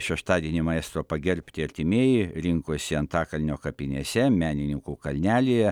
šeštadienį maestro pagerbti artimieji rinkosi antakalnio kapinėse menininkų kalnelyje